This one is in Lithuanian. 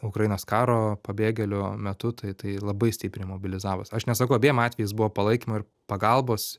ukrainos karo pabėgėlių metu tai tai labai stipriai mobilizavos aš nesakau abiem atvejais buvo palaikymo ir pagalbos